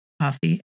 coffee